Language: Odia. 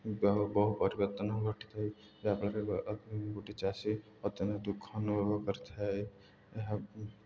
ବହୁ ବହୁ ପରିବର୍ତ୍ତନ ଘଟିଥାଏ ଯାହାଫଳରେ ଗୋଟିଏ ଚାଷୀ ଅତ୍ୟନ୍ତ ଦୁଃଖ ଅନୁଭବ କରିଥାଏ ଏହା